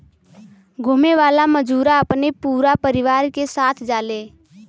घुमे वाला मजूरा अपने पूरा परिवार के साथ जाले